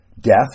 Death